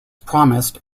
promised